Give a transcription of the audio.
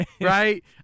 right